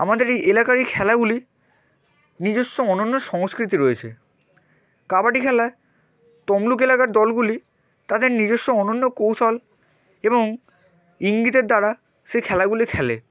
আমাদের এই এলাকার এই খেলাগুলি নিজস্ব অনন্য সংস্কৃতি রয়েছে কাবাডি খেলায় তমলুক এলাকার দলগুলি তাদের নিজস্ব অনন্য কৌশল এবং ইঙ্গিতের দ্বারা সেই খেলাগুলি খেলে